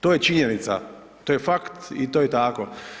To je činjenica, to je faks i to je tako.